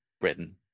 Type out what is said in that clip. Britain